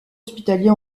hospitalier